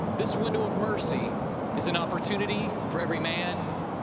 this window of mercy is an opportunity for every man,